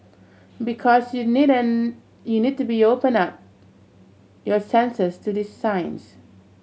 because you'd you need to open up your senses to these signs